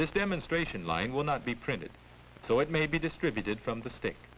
this demonstration line will not be printed so it may be distributed from the st